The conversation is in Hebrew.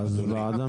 אז זו ועדה